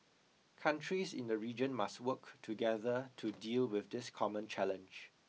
countries in the region must work together to deal with this common challenge